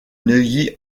neuilly